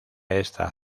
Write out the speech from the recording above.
esta